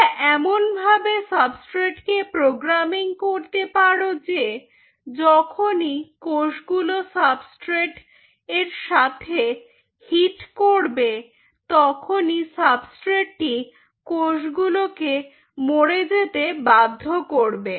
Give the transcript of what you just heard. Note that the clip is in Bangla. তোমরা এমন ভাবে সাবস্ট্রেট কে প্রোগ্রামিং করতে পারো যে যখনই কোষগুলো সাবস্ট্রেট এর সাথে হিট করবে তখনই সাবস্ট্রেটটি কোষগুলিকে মরে যেতে বাধ্য করবে